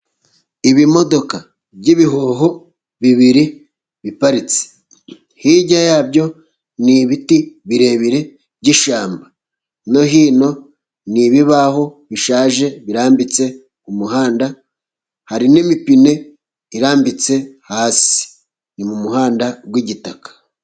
Ib'imodoka by'ibihoho bibiri biparitse, hirya yabyo n'ibiti birebire byishyamba, no hino n'ibibaho bishaje birambitse m'umuhanda, hari n'imipine irambitse hasi ni m'umuhanda w'igitaka.